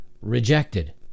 rejected